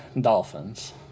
Dolphins